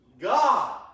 God